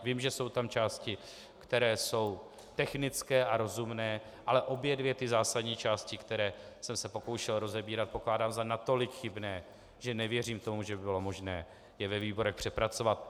Vím, že jsou tam části, které jsou technické a rozumné, ale obě ty zásadní části, které jsem se pokoušel rozebírat, pokládám za natolik chybné, že nevěřím tomu, že by bylo možné je ve výborech přepracovat.